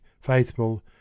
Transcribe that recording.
faithful